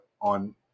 on